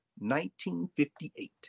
1958